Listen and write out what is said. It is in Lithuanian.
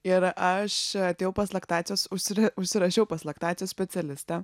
ir aš atėjau pas laktacijos usira užsirašiau pas laktacijos specialistą